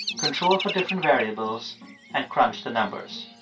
controlled for different variables and crunched the numbers.